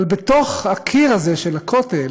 אבל בתוך הקיר הזה של הכותל